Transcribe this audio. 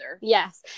Yes